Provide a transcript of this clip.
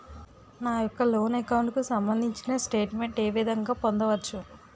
నా యెక్క loan account కు సంబందించిన స్టేట్ మెంట్ ఏ విధంగా పొందవచ్చు?